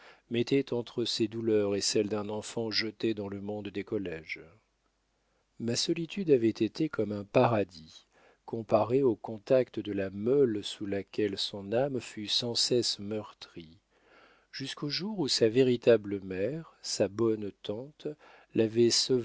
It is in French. mettait entre ses douleurs et celles d'un enfant jeté dans le monde des colléges ma solitude avait été comme un paradis comparée au contact de la meule sous laquelle son âme fut sans cesse meurtrie jusqu'au jour où sa véritable mère sa bonne tante l'avait